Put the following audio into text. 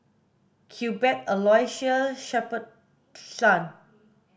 Cuthbert Aloysius Shepherdson